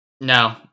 no